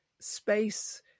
space